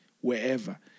wherever